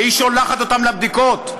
והיא שולחת אותם לבדיקות,